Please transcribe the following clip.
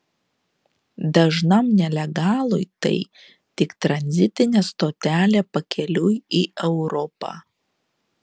dažnam nelegalui tai tik tranzitinė stotelė pakeliui į europą